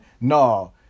no